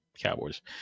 Cowboys